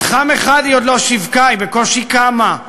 מתחם אחד היא עוד לא שיווקה, היא בקושי קמה.